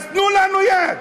אז תנו לנו יד.